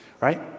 Right